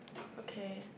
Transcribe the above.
okay